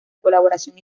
colaboración